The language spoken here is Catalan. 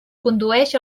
condueix